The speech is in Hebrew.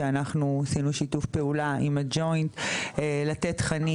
שאנחנו עשינו שיתוף פעולה עם הג'וינט לתת תכנים